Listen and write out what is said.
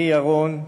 אני ירון,